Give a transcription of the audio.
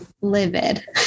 livid